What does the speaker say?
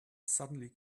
suddenly